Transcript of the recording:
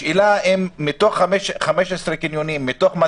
אם תפתחו את כל הקניונים יהיה פחות